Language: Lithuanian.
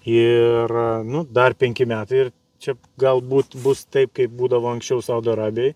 ir nu dar penki metai ir čia galbūt bus taip kaip būdavo anksčiau saudo arabijoj